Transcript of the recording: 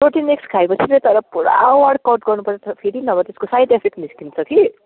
protein एक्स खाए पछि चै तर पुरा वर्कआउट गर्नु पर्छ फेरि नभए त्यसको साइड इफेक्ट निस्किन्छ कि